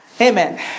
Amen